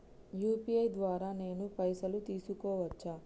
UPI ద్వారా నేను పైసలు తీసుకోవచ్చా?